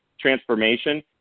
transformation